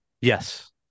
Yes